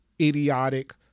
idiotic